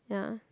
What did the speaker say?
ya